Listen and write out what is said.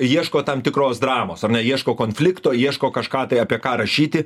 ieško tam tikros dramos ar ne ieško konflikto ieško kažką tai apie ką rašyti